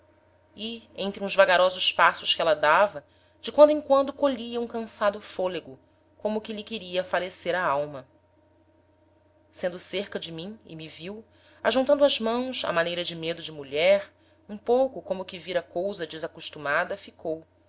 e entre uns vagarosos passos que éla dava de quando em quando colhia um cansado folego como que lhe queria falecer a alma sendo cerca de mim e me viu ajuntando as mãos á maneira de medo de mulher um pouco como que vira cousa desacostumada ficou